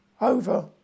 over